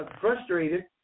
frustrated